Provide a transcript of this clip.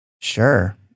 Sure